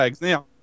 Now